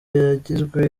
yagizwe